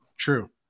true